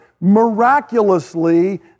miraculously